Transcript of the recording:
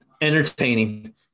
entertaining